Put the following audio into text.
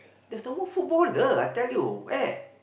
there's no more footballer I tell you where